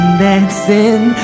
dancing